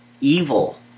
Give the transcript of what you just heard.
evil